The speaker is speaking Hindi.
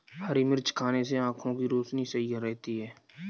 हरी मिर्च खाने से आँखों की रोशनी सही रहती है